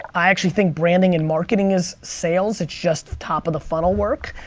i actually think branding and marketing is sales. it's just top of the funnel work.